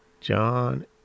John